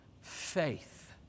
faith